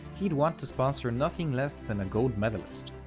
he'd want to sponsor nothing less than a gold-medalist.